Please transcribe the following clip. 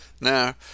Now